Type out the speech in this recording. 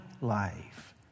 life